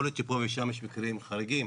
יכול להיות שפה ושם יש מקרים חריגים,